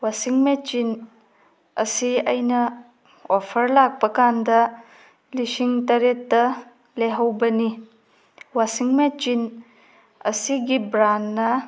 ꯋꯥꯁꯤꯡ machine ꯑꯁꯤ ꯑꯩꯅ offer ꯂꯥꯛꯄꯀꯥꯟꯗ ꯂꯤꯁꯤꯡ ꯇꯔꯦꯠꯇ ꯂꯩꯍꯧꯕꯅꯤ ꯋꯥꯁꯤꯡ ꯃꯦꯆꯤꯟ ꯑꯁꯤꯒꯤ ꯕ꯭ꯔꯥꯟꯅ